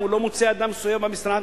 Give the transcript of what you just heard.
אם הוא לא מוצא אדם מסוים במשרד,